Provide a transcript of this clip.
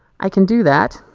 i can do that.